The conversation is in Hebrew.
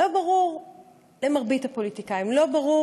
לא ברור למרבית הפוליטיקאים, לא ברור